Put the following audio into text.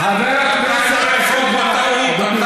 הוא הגזען.